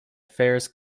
fairs